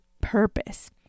purpose